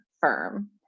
firm